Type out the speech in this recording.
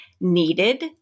needed